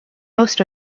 most